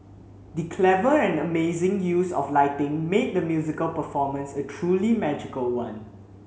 the clever and amazing use of lighting made the musical performance a truly magical one